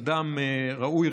אדם ראוי,